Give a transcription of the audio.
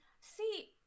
See